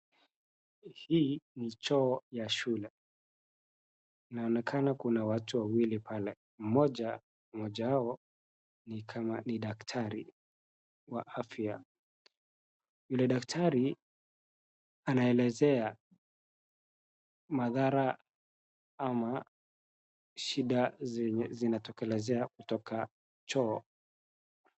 Hii ni choo ya shule ,inaonekana kuna watu wawili pale, moja mmoja wao ni kama ni daktari wa afya. Ule daktari anelezea madhara ama shida zinatokelezea kutoka choo.